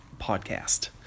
Podcast